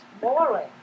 boring